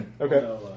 Okay